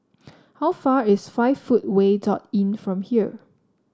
how far away is Five Footway Inn from here